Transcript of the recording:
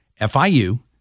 FIU